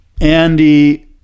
Andy